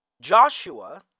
Joshua